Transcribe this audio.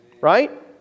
Right